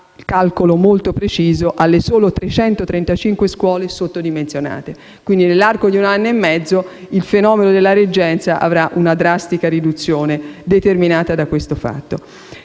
calcolo molto preciso, alle sole 335 scuole sottodimensionate. Quindi, nell'arco di un anno e mezzo, il fenomeno della reggenza avrà una drastica riduzione, determinata da questo fatto.